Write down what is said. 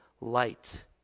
light